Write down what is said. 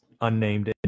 unnamed